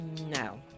No